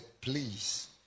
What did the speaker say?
please